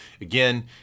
again